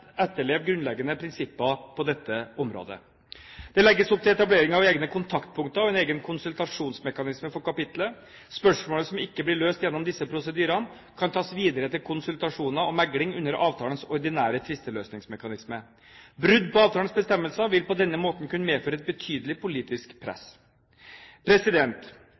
etterleve grunnleggende prinsipper på dette området. Det legges opp til etablering av egne kontaktpunkter og en egen konsultasjonsmekanisme for kapitlet. Spørsmål som ikke blir løst gjennom disse prosedyrene, kan tas videre til konsultasjoner og megling under avtalens ordinære tvisteløsningsmekanisme. Brudd på avtalens bestemmelser vil på denne måten kunne medføre et betydelig politisk press.